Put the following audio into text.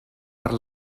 per